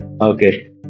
Okay